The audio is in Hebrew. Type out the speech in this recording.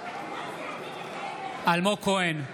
אלמוג כהן,